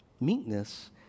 meekness